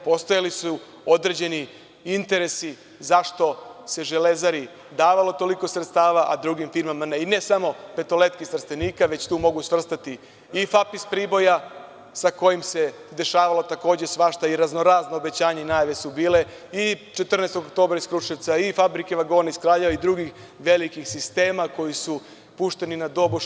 Postojali su određeni interesi zašto se „Železari“ davalo toliko sredstava a drugim firmama ne i ne samo „Petoletki“ iz Trstenika već tu mogu svrstati i FAP iz Priboja sa kojim se dešavalo takođe svašta i razno razna obećanja i najave su bile i „14. oktobra“ iz Kruševca i „Fabrike vagona“ iz Kraljeva i drugih velikih sistema koji su pušteni na doboš.